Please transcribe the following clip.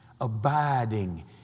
Abiding